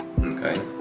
Okay